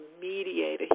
mediator